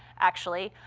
actually,